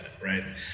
Right